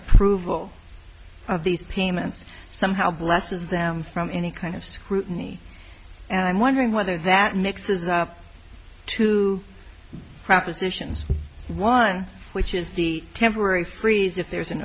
approval of these payments somehow blesses them from any kind of scrutiny and i'm wondering whether that mixes up two propositions one which is the temporary freeze if there is an